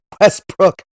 Westbrook